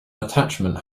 attachment